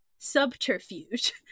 subterfuge